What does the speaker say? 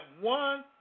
one